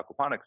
aquaponics